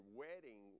wedding